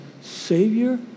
Savior